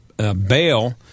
bail